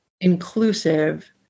inclusive